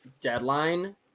deadline